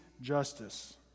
justice